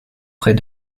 près